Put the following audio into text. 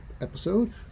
episode